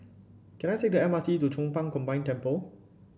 can I take the M R T to Chong Pang Combined Temple